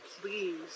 please